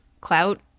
clout